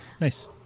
nice